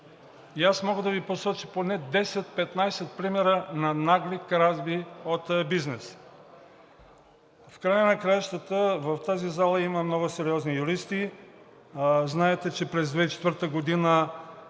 И аз мога да Ви посоча поне 10 – 15 примера на нагли кражби от бизнеса. В края на краищата в тази зала има много сериозни юристи, знаете, че през 2004 г.